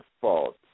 fault